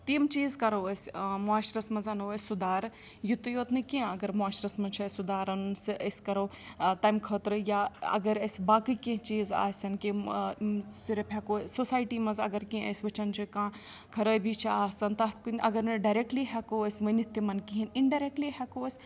تِم چیٖز کَرو أسۍ معاشرَس منٛز اَنو أسۍ سُدھار یُتُے یوت نہٕ کیٚنٛہہ اگر معاشرس منٛز چھُ اَسہِ سُدھار اَنُن سُہ أسۍ کَرو تَمہِ خٲطرٕ یا اگر اَسہِ باقٕے کیٚنٛہہ چیٖز آسَن کہِ صرف ہٮ۪کو سوسایٹی منٛز اگر کیٚنٛہہ أسۍ وٕچھان چھِ کانٛہہ خرٲبی چھِ آسان تَتھ کُنہِ اگر نہٕ ڈیرٮ۪کٹلی ہٮ۪کو أسۍ ؤنِتھ تِمَن کِہیٖنۍ اِنڈیرٮ۪کٹلی ہٮ۪کو أسۍ